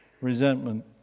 resentment